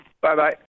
Bye-bye